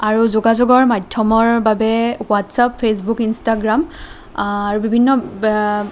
আৰু যোগাযোগৰ মাধ্য়মৰ বাবে ৱাটছ্আপ ফেচবুক ইনষ্টাগ্ৰাম বিভিন্ন